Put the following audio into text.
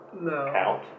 No